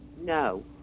No